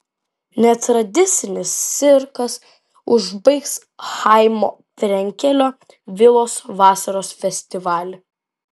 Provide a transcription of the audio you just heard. netradicinis cirkas užbaigs chaimo frenkelio vilos vasaros festivalį